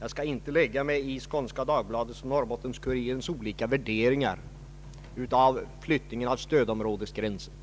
Jag skall inte lägga mig i Skånska Dagbladets och Norrbottens-Kurirens olika värderingar av flyttningen av stödområdesgränsen.